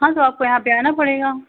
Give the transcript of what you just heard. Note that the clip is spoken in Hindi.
हाँ तो आपको यहाँ पर आना पड़ेगा